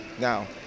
Now